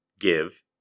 give